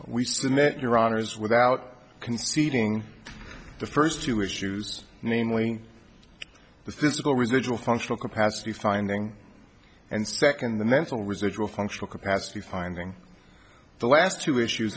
submit your honors without conceding the first two issues namely the physical residual functional capacity finding and second the mental residual functional capacity finding the last two issues